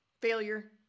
failure